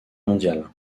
mondiale